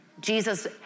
jesus